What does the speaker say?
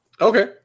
Okay